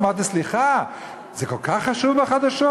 אמרתי: סליחה, זה כל כך חשוב לחדשות?